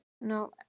no